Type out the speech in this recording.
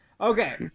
okay